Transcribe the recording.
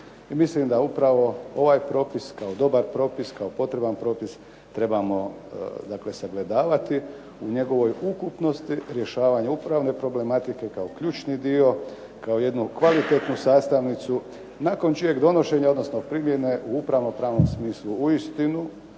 mislim da upravo ovaj propis kao dobar propis, kao potreban propis trebamo dakle sagledavati u njegovoj ukupnosti rješavanja upravne problematike kao ključni dio, kao jednu kvalitetnu sastavnicu nakon čijeg donošenja, odnosno primjene u upravno-pravnom smislu uistinu